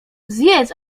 zjedz